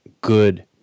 good